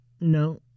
No